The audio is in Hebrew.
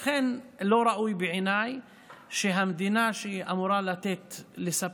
לכן, לא ראוי בעיניי שהמדינה, שאמורה לספק